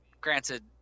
granted